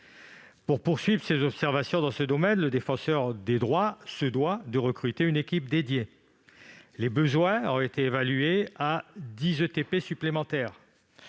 Pour poursuivre ses travaux dans ce domaine, le Défenseur des droits se doit de recruter une équipe spécialisée. Les besoins ont été évalués à 10 ETP supplémentaires